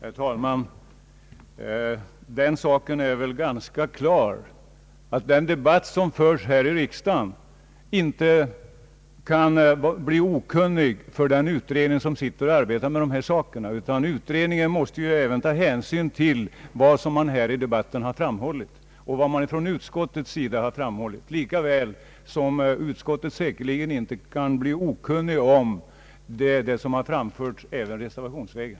Herr talman! Den saken är väl ganska klar att utredningen inte kan vara ovetande om den debatt som förs här i riksdagen. Utredningen måste ta hänsyn till vad utskottet har skrivit och vad som framhållits här i diskussionen, lika väl som utredningen inte kan förbli okunnig om vad som framförts reservationsvägen.